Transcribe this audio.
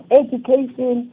education